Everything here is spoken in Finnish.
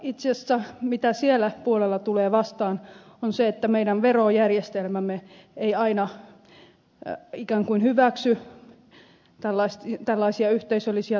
itse asiassa mitä siellä puolella tulee vastaan on se että meidän verojärjestelmämme ei aina ikään kuin hyväksy tällaisia yhteisöllisiä toimijoita